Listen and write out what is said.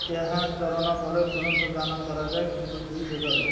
ଏହା ଚରାନା ପରେ ତୁରନ୍ତ ଗାନ କରାଯାଏ କିନ୍ତୁ ଦୁଇ ବେଗରେ